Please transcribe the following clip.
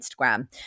Instagram